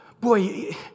Boy